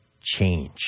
change